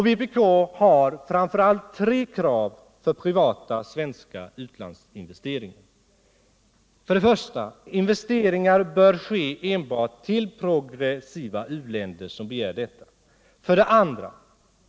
Vpk har framför allt tre krav för privata svenska u-landsinvesteringar: 1. Investeringar bör ske enbart i progressiva u-länder som begär detta. 2.